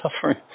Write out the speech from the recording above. Suffering